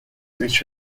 which